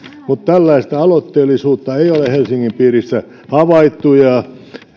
mutta tällaista aloitteellisuutta ei ole helsingin piirissä havaittu ja